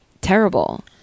terrible